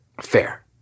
Fair